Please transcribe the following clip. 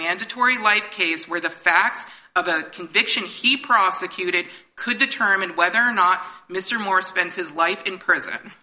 mandatory light case where the facts of the conviction he prosecuted could determine whether or not mr morris spent his life in prison